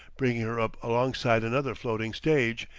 bringing her up alongside another floating stage,